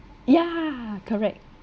yeah correct